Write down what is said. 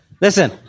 Listen